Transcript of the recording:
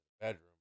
bedroom